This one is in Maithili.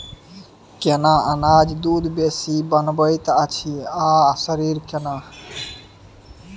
केना अनाज दूध बेसी बनबैत अछि आ शरीर केना?